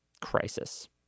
crisis